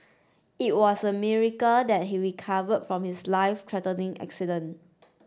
it was a miracle that he recovered from his life threatening accident